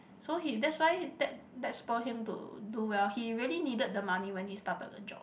so he that's why that that spur him to do well he really needed the money when he started the job